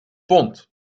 pond